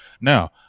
now